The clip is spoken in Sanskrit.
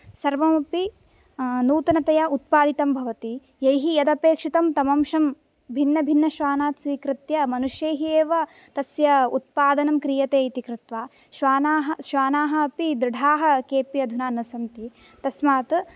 सर्वमपि नूतनतया उत्पादितं भवति यैः यदपेक्षितं तम् अंशं भिन्नभिन्नश्वानात् स्वीकृत्य मनुष्यैः एव तस्य उत्पादनं क्रियते इति कृत्वा श्वानाः श्वानाः अपि दृढाः केपि अधुना न सन्ति तस्मात्